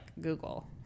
Google